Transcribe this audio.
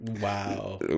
Wow